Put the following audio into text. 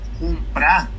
comprar